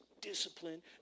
discipline